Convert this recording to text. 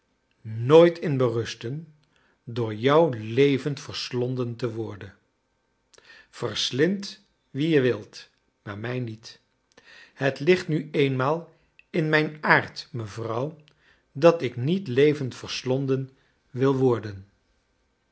nooit in berusten door jou levend verslonden te worden yerslind wie je wilt maar mij niet het ligt nu eenmaal in rnrjn aard mevrouw dat ik niet levend verslonden wil worden